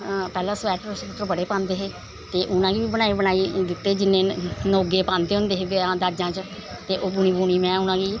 पैह्लैं स्वैट्टर बड़े पांदे हे ते उनां गी बी दित्ते नोगे पांदे होंदे हे दाजां च ते ओह् बुनी बुनीं में उनां गी